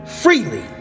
freely